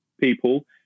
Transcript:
people